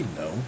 no